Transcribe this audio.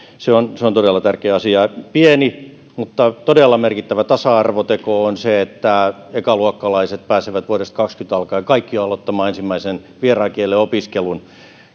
se on se on todella tärkeä asia pieni mutta todella merkittävä tasa arvoteko on se että ekaluokkalaiset pääsevät vuodesta kaksikymmentä alkaen kaikki aloittamaan ensimmäisen vieraan kielen opiskelun